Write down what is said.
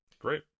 Great